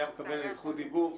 היה מקבל זכות דיבור,